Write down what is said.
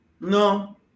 No